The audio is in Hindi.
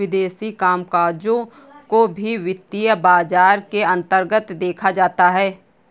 विदेशी कामकजों को भी वित्तीय बाजार के अन्तर्गत देखा जाता है